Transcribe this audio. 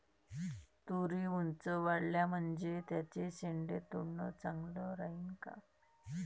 तुरी ऊंच वाढल्या म्हनजे त्याचे शेंडे तोडनं चांगलं राहीन का?